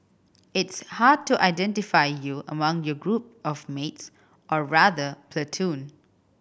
it's hard to identify you among your group of mates or rather platoon